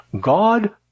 God